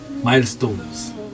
milestones